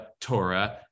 Torah